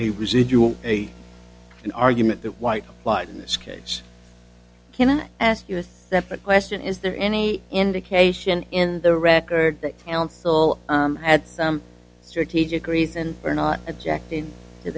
a residual a an argument that white lied in this case can i ask you with that question is there any indication in the record that counsel at some strategic reason for not objecting to